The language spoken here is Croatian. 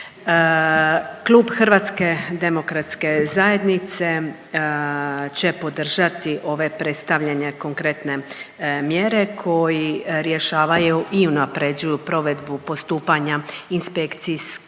Klub HDZ-a će podržati ove predstavljene konkretne mjere koji rješavaju i unaprjeđuju provedbu postupanja inspekcije